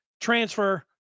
transfer